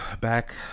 back